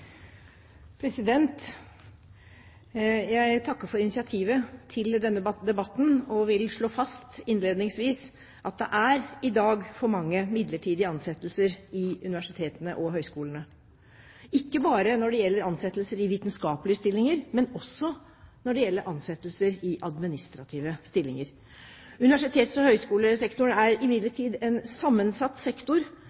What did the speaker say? Jeg takker for initiativet til denne debatten og vil slå fast innledningsvis at det i dag er for mange midlertidige ansettelser i universitetene og høgskolene – ikke bare når det gjelder ansettelser i vitenskapelige stillinger, men også når det gjelder ansettelser i administrative stillinger. Universitets- og høgskolesektoren er